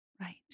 Right